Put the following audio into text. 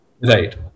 Right